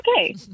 Okay